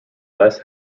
less